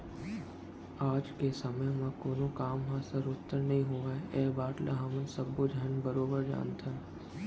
आज के समे म कोनों काम ह सरोत्तर नइ होवय ए बात ल हमन सब्बो झन बरोबर जानथन